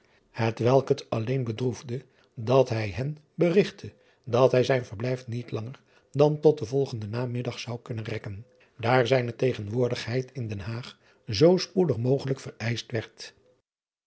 welk het alleen bedroefde dat hij han berigtte dat hij zijn verblijf niet langer dan tot den volgenden namiddag zou kunnen rekken daar zijne tegenwoordigheid in den aag zoo spoedig mogelijk